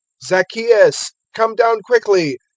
zacchaeus, come down quickly,